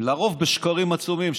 לרוב בשקרים עצומים,